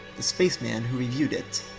the spaceman who reviewed it,